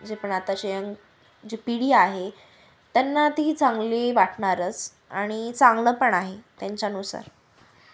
जे पण आताची जी पिढी आहे त्यांना ती चांगली वाटणारच आणि चांगलंपण आहे त्यांच्यानुसार